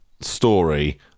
story